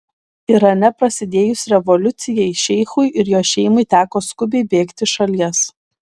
irane prasidėjus revoliucijai šeichui ir jo šeimai teko skubiai bėgti iš šalies